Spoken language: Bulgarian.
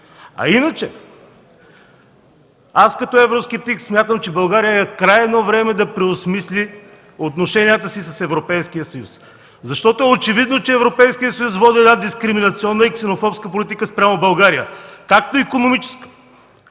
А иначе, аз като евроскептик смятам, че България е крайно време да преосмисли отношенията си с Европейския съюз, защото е очевидно, че Европейският съюз води дискриминационна и ксенофобска политика спрямо България – както икономическа,